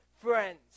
friends